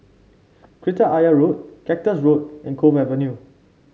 Kreta Ayer Road Cactus Road and Cove Avenue